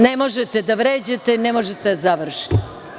Ne možete da vređate, ne možete da završite.